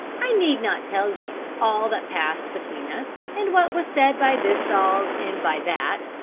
i need not tell you all that passed between us, and what was said by this dog and by that,